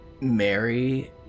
Mary